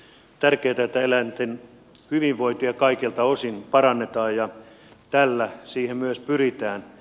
on tärkeätä että eläinten hyvinvointia kaikelta osin parannetaan ja tällä siihen myös pyritään